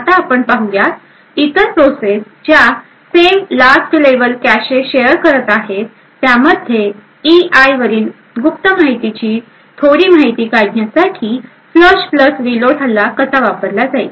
आता आपण पाहूयात इतर प्रोसेस ज्या same last level cache share करत आहे त्यामध्ये ई आय वरील गुप्त माहितीची थोडी माहिती काढण्यासाठी फ्लश प्लस रीलोड हल्ला कसा वापरला जाईल